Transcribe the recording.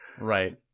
right